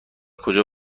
کجا